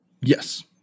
yes